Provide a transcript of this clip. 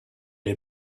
est